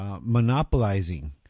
Monopolizing